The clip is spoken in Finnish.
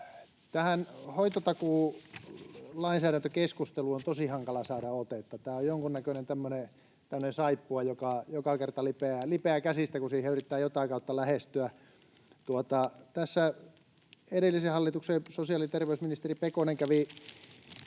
Tähän hoitotakuulainsäädäntökeskusteluun on tosi hankala saada otetta. Tämä on jonkunnäköinen tämmöinen saippua, joka lipeää käsistä joka kerta, kun sitä yrittää jotain kautta lähestyä. Tässä edellisen hallituksen sosiaali- ja terveysministeri Pekonen kävi